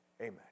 amen